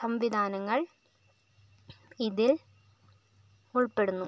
സംവിധാനങ്ങൾ ഇതിൽ ഉൾപ്പെടുന്നു